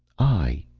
i,